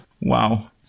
Wow